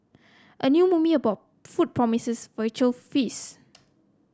a new movie about food promises visual feast